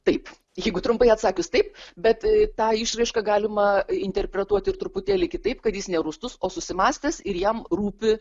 taip jeigu trumpai atsakius taip bet tą išraišką galima interpretuoti ir truputėlį kitaip kad jis ne rūstus o susimąstęs ir jam rūpi